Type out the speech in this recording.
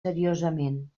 seriosament